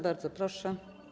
Bardzo proszę.